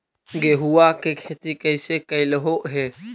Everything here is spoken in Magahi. गेहूआ के खेती कैसे कैलहो हे?